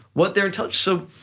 what they're touching. so,